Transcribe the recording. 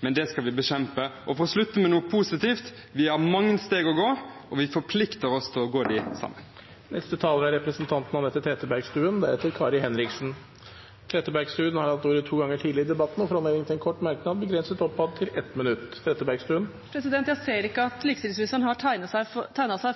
men det skal vi bekjempe. Og for å slutte med noe positivt: Vi har mange steg å gå, og vi forplikter oss til å gå dem sammen. Representanten Anette Trettebergstuen har hatt ordet to ganger tidligere og får ordet til en kort merknad, begrenset til 1 minutt. Jeg ser ikke at likestillingsministeren har tegnet seg